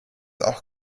auch